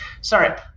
sorry